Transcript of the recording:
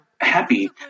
happy